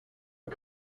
and